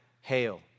hail